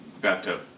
bathtub